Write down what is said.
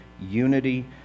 unity